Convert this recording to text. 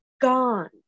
gone